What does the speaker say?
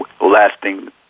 lasting